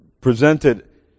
presented